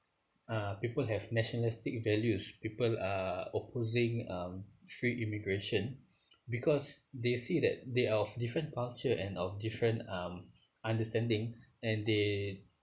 uh people have nationalistic values people are opposing um free immigration because they see that they are of different culture and of different um understanding and